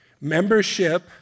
membership